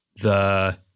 the-